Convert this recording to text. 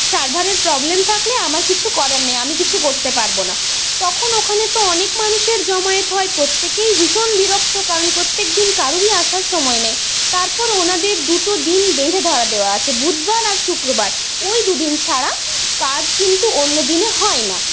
সার্ভারের প্রবলেম থাকলে আমার কিছু করার নেই আমি কিছু করতে পারবো না তখন ওখানে তো অনেক মানুষের জমায়েত হয় প্রত্যেকেই ভীষণ বিরক্ত কারণ প্রত্যেকদিন কারুরই আসার সময় নেই তারপর ওনাদের দুটো দিন বেঁধে ধরে দেওয়া আছে বুধবার আর শুক্রবার ওই দুদিন ছাড়া কাজ কিন্তু অন্যদিনে হয় না